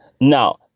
Now